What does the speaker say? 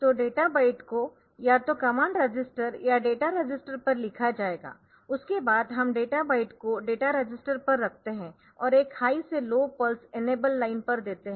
तो data byte को या तो कमांड रजिस्टर या डेटा रजिस्टर पर लिखा जाएगा उसके बाद हम डेटा बाइट को डेटा रजिस्टर पर रखते है और एक हाई से लो पल्स इनेबल लाइन पर देते है